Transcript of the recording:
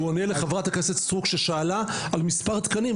הוא עונה לחברת הכנסת סטרוק ששאלה על מספר תקנים,